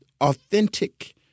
Authentic